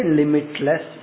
limitless